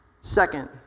Second